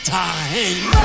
time